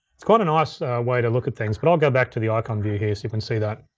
it's quite a nice way to look at things, but i'll go back to the icon view here so you can see that.